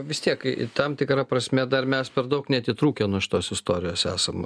vis tiek tam tikra prasme dar mes per daug neatitrūkę nuo šitos istorijos esam